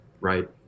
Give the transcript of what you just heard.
Right